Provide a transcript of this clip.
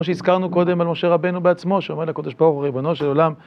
כמו שהזכרנו קודם על משה רבנו בעצמו, שאומר לקב"ה, ריבונו של עולם.